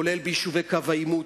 כולל ביישובי קו העימות,